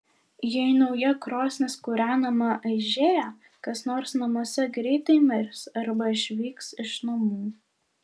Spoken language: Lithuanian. jei nauja krosnis kūrenama aižėja kas nors namuose greitai mirs arba išvyks iš namų